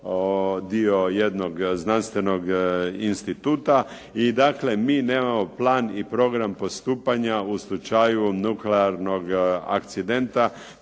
dio jednog znanstvenog instituta. I dakle, mi nemamo plan i program postupanja u slučaju nuklearnog akcidenta